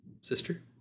Sister